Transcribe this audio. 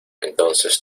entonces